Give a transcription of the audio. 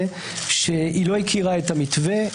הדבר הזה שווה את האירוע המטורלל והמוטרף הזה שעוברים.